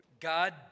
God